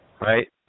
Right